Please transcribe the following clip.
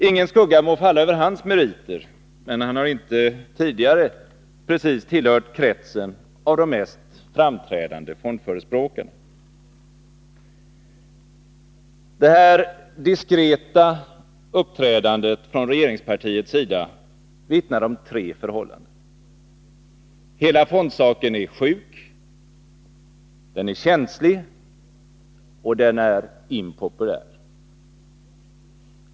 Ingen skugga må falla över hans meriter, men han har tidigare inte precis tillhört de mest framträdande fondförespråkarna. Det här diskreta uppträdandet från regeringspartiets sida vittnar om tre förhållanden. Hela fondsaken är sjuk, den är känslig och den är impopulär.